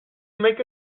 make